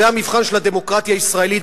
זה המבחן של הדמוקרטיה הישראלית,